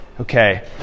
okay